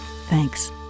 Thanks